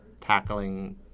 tackling